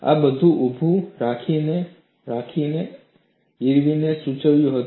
આ બધું ઊભુ રાખીને નહીં ઇરવિને શું સૂચવ્યું હતું